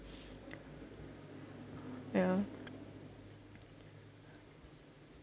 ya